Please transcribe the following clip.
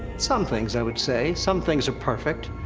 some things, i would say, some things are perfect.